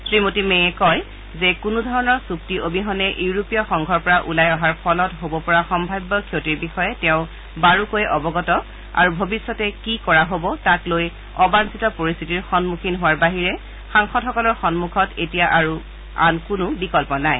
শ্ৰীমতী May কয় যে কোনোধৰণৰ চূক্তি অবিহনে ইউৰোপীয় সংঘৰ পৰা ওলাই অহাৰ ফলত হ'ব পৰা সম্ভাৱ্য ক্ষতিৰ বিষয়ে তেওঁ বাৰুকৈয়ে অৱগত আৰু ভৱিষ্যতে কি কৰা হব তাক লৈ অবাঞ্চিত পৰিস্থিতিৰ সন্মখীন হোৱাৰ বাহিৰে সাংসদসকলৰ সন্মুখত এতিয়া আৰু আন একো বিকল্প নাই